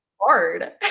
hard